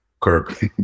Kirk